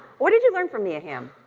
what did you learn from mia hamm?